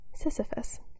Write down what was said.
Sisyphus